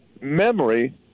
memory